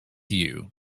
you